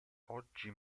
oggi